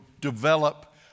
develop